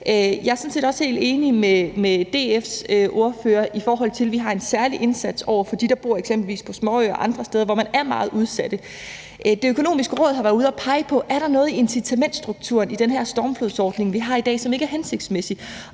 Jeg er sådan set også helt enig med DF's ordfører i det med, at vi skal gøre en særlig indsats over for dem, der bor på eksempelvis småøer og andre steder, hvor man er meget udsat. Det Økonomiske Råd har været ude at pege på, om der er noget i incitamentsstrukturen i den her stormflodsordning, vi har i dag, som ikke er hensigtsmæssig.